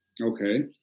okay